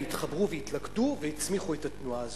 התחברו והתלכדו והצמיחו את התנועה הזאת.